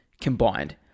combined